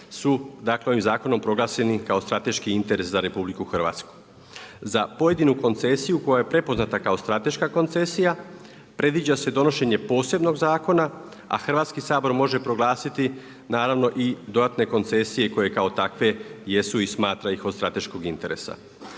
su ovim zakonom proglašeni kao strateški interes za RH. Za pojedinu koncesiju koja je prepoznata kao strateška koncesija predviđa se donošenje posebnog zakona a Hrvatski sabor može proglasiti naravno i dodatne koncesije koje kao takve jesu i smatra ih od strateškog interesa.